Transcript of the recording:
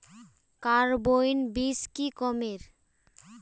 Carbine बीस की कमेर?